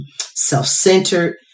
self-centered